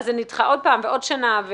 נדחה עוד פעם ועוד שנה.